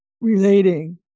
relating